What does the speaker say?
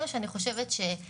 למה היא רשאית ולא